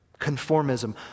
Conformism